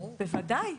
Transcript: בוודאי.